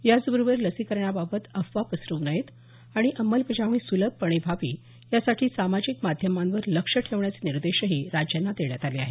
याचबरोबर लसीकरणाबाबत अफवा पसरु नयेत आणि अंमलबजावणी सुलभपणे व्हावी यासाठी सामाजिक माध्यमांवर लक्ष ठेवण्याचे निर्देशही राज्यांना देण्यात आले आहेत